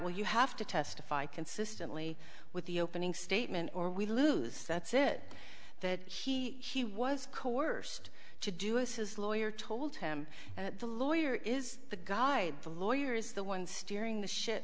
will you have to testify consistently with the opening statement or we lose that's it that he he was coerced to do is his lawyer told him the lawyer is the guy the lawyer is the one steering the shi